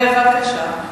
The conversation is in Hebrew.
בבקשה.